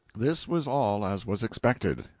this was all as was expected.